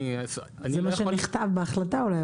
זה מה שנכתב בהחלטה אולי,